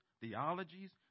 theologies